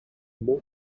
more